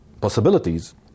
possibilities